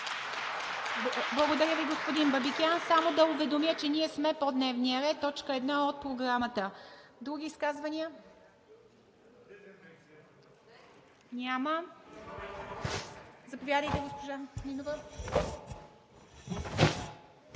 Благодаря Ви, господин Бабикян. Само да уведомя, че ние сме по дневния ред – точка едно от Програмата. Други изказвания? Заповядайте, госпожа Нинова.